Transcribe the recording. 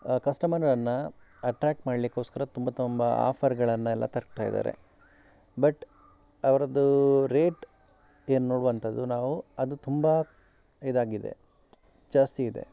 ಕಸ್ಟಮರನ್ನು attract ಮಾಡಲಿಕ್ಕೋಸ್ಕರ ತುಂಬ ತುಂಬ ಆಫರ್ಗಳನ್ನೆಲ್ಲ ತರ್ತಾಯಿದ್ದಾರೆ ಬಟ್ ಅವರದ್ದು ರೇಟ್ ಏನು ನೋಡುವಂಥದ್ದು ನಾವು ಅದು ತುಂಬ ಇದಾಗಿದೆ ಜಾಸ್ತಿ ಇದೆ